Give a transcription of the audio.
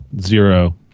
zero